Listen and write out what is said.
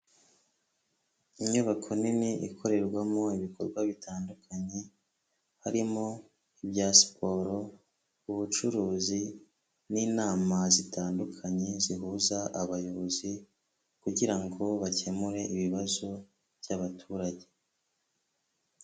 Inyubako nini ikorerwamo ibikorwa bitandukanye, harimo ibya siporo, ubucuruzi n'inama zitandukanye zihuza abayobozi kugira ngo bakemure ibibazo by'abaturage.